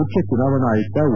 ಮುಖ್ಯ ಚುನಾವಣಾ ಆಯುಕ್ತ ಓ